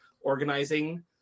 organizing